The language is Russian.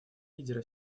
лидера